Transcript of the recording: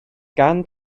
gan